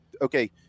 okay